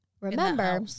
Remember